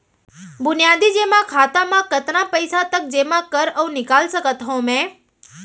बुनियादी जेमा खाता म कतना पइसा तक जेमा कर अऊ निकाल सकत हो मैं?